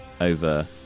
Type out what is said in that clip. over